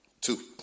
two